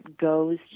goes